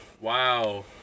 Wow